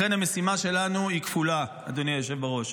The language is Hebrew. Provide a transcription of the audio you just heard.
לכן המשימה שלנו היא כפולה, אדוני היושב בראש: